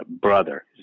brother